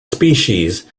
species